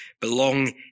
belong